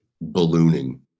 ballooning